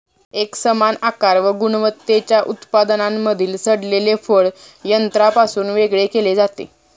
एकसमान आकार व गुणवत्तेच्या उत्पादनांमधील सडलेले फळ यंत्रापासून वेगळे केले जाते